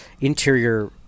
interior